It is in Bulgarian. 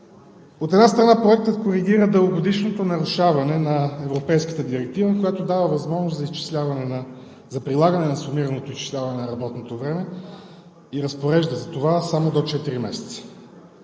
От една страна, Проектът коригира дългогодишното нарушаване на Европейската директива, която дава възможност за прилагане на сумираното изчисляване на работното време и разпорежда за това само до четири месеца.